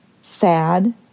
sad